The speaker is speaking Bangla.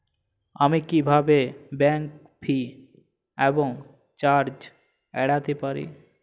আমি কিভাবে ব্যাঙ্ক ফি এবং চার্জ এড়াতে পারি?